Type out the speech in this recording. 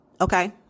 Okay